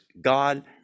God